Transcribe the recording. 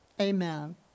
amen